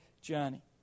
journey